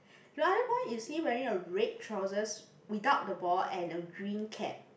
the other boy is he wearing a red trousers without the ball and a green cap